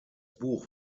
buch